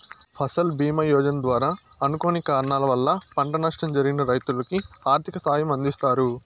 ఫసల్ భీమ యోజన ద్వారా అనుకోని కారణాల వల్ల పంట నష్టం జరిగిన రైతులకు ఆర్థిక సాయం అందిస్తారు